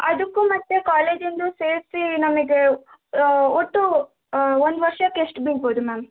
ಅದಕ್ಕೂ ಮತ್ತು ಕಾಲೇಜಿಂದು ಸೇರಿಸಿ ನಮಗೆ ಒಟ್ಟು ಒಂದು ವರ್ಷಕ್ಕೆ ಎಷ್ಟು ಬೀಳ್ಬೋದು ಮ್ಯಾಮ್